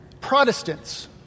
Protestants